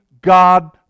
god